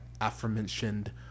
aforementioned